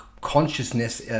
consciousness